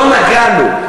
לא נגענו,